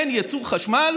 אין ייצור חשמל